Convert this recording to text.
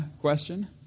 question